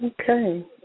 Okay